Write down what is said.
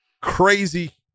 crazy